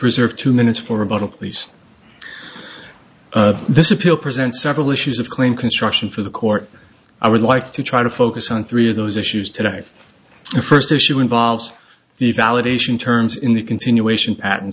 reserve two minutes for about a please this appeal present several issues of clean construction for the court i would like to try to focus on three of those issues today the first issue involves the validation turns in the continuation pat